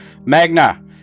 Magna